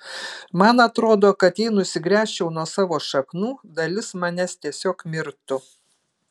man atrodo kad jei nusigręžčiau nuo savo šaknų dalis manęs tiesiog mirtų